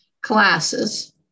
classes